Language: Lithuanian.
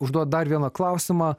užduot dar vieną klausimą